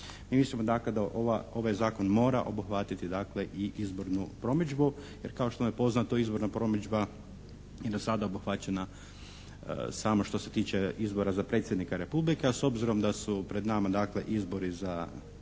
dakle da ovaj zakon mora obuhvatiti dakle i izbornu promidžbu jer kao što vam je poznato izborna promidžba je do sada obuhvaćena samo što se tiče izbora za predsjednika Republike, a s obzirom da su pred nama dakle izbori za Hrvatski